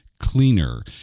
cleaner